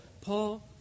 Paul